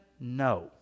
No